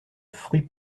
fruit